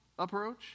approach